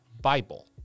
Bible